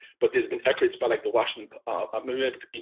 but, there's been efforts by like the washington um